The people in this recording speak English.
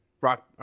rock